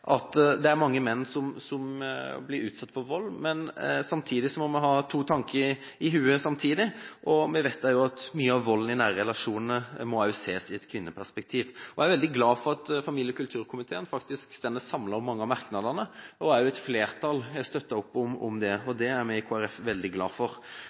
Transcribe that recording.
at det er mange menn som blir utsatt for vold, men på samme tid må vi ha to tanker i hodet samtidig. Vi vet at mye av volden i nære relasjoner må ses i et kvinneperspektiv. Jeg er veldig glad for at familie- og kulturkomiteen faktisk står samlet i mange av merknadene, og at et flertall støtter opp om dem. Det er vi i Kristelig Folkeparti veldig glad for.